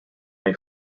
may